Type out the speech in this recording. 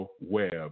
Web